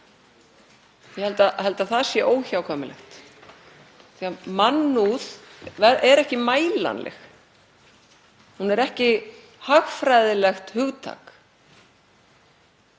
Ég held að það sé óhjákvæmilegt. Mannúð er ekki mælanleg, hún er ekki hagfræðilegt hugtak